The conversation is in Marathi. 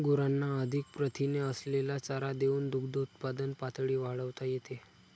गुरांना अधिक प्रथिने असलेला चारा देऊन दुग्धउत्पादन पातळी वाढवता येते